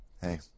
hey